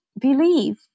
believe